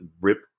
rip